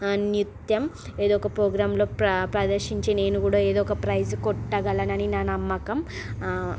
నిత్యం ఏదొక పోగ్రామ్లో ప ప్రదర్శించి నేనుకూడా ఏదొక ప్రైజ్ కొట్టగలనని నా నమ్మకం